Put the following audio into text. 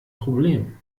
problem